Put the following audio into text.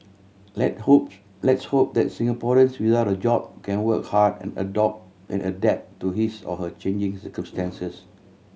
let hope let's hope that Singaporeans without a job can work hard and adopt and adapt to his or her changing circumstances